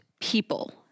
people